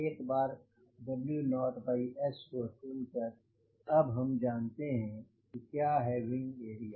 एक बार W0S को चुन कर अब हम जानते हैं क्या है विंग एरिया